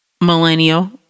millennial